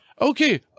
Okay